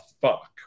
fuck